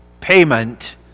payment